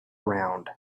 round